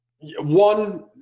one